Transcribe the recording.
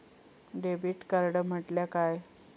Debit card म्हटल्या काय?